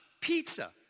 pizza